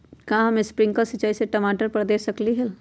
का हम स्प्रिंकल सिंचाई टमाटर पर दे सकली ह?